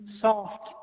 soft